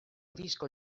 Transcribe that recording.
disko